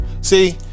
See